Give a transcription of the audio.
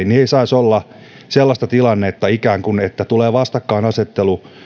ei saisi olla ikään kuin sellaista tilannetta että tulee vastakkainasettelu